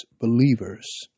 believers